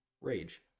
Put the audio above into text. rage